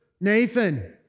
Nathan